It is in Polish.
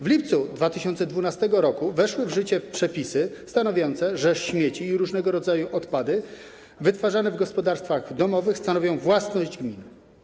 W lipcu 2012 r. weszły w życie przepisy stanowiące, że śmieci i różnego rodzaju odpady wytwarzane w gospodarstwach domowych stanowią własność gmin.